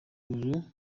uru